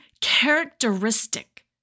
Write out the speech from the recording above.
characteristic